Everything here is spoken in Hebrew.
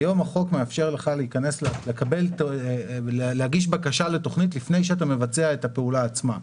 היום החוק מאפשר לך להגיש בקשה לתכנית לפני שאתה מבצע את הפעולה עצמה.